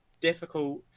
difficult